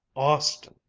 austin!